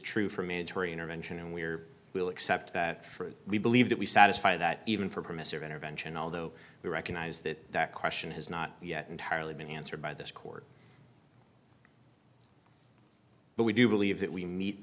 true for military intervention and we are will accept that for we believe that we satisfy that even for permissive intervention although we recognize that that question has not yet entirely been answered by this court but we do believe that we mee